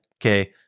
okay